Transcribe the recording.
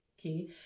Okay